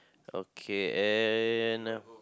okay and uh